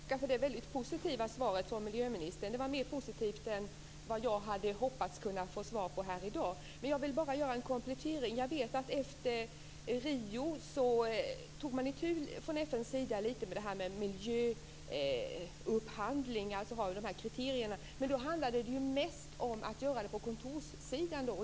Fru talman! Jag får tacka för det väldigt positiva svaret från miljöministern. Det var mer positivt än jag hade hoppats kunna få svar på här i dag. Jag vill bara göra en komplettering. Jag vet att efter Rio tog man från FN:s sida itu med miljöupphandling och kriterierna för det, men då handlade det mest om att göra det på kontorssidan.